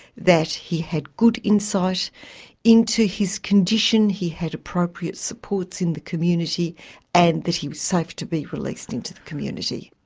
that he had good insight into his condition, he had appropriate supports in the community and that he was safe to be released into the community.